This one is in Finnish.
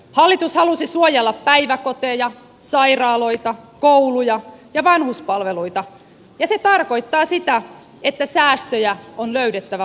hallitus halusi suojella päiväkoteja sairaaloita kouluja ja vanhuspalveluita ja se tarkoittaa sitä että säästöjä on löydettävä muualta